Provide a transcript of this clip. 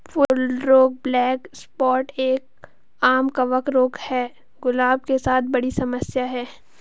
फूल रोग black spot एक, आम कवक रोग है, गुलाब के साथ बड़ी समस्या है